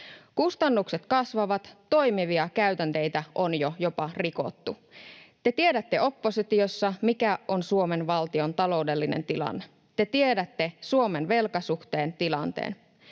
Kustannukset kasvavat, toimivia käytänteitä on jo jopa rikottu. Te tiedätte oppositiossa, mikä on Suomen valtion taloudellinen tilanne, te tiedätte Suomen velkasuhteen tilanteen,